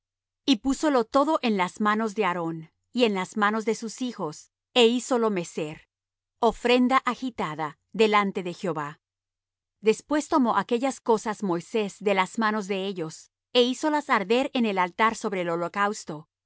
y púsolo todo en las manos de aarón y en las manos de sus hijos é hízolo mecer ofrenda agitada delante de jehová después tomó aquellas cosas moisés de las manos de ellos é hízolas arder en el altar sobre el holocausto las